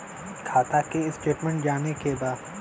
खाता के स्टेटमेंट जाने के बा?